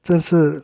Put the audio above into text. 这次